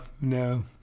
no